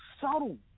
subtle